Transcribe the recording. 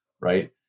right